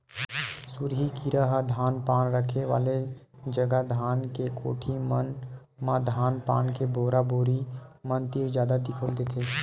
सुरही कीरा ह धान पान रखे वाले जगा धान के कोठी मन म धान पान के बोरा बोरी मन तीर जादा दिखउल देथे